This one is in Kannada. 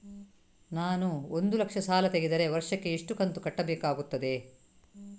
ನಾನು ಒಂದು ಲಕ್ಷ ಸಾಲ ತೆಗೆದರೆ ವರ್ಷಕ್ಕೆ ಎಷ್ಟು ಕಂತು ಕಟ್ಟಬೇಕಾಗುತ್ತದೆ?